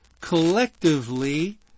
collectively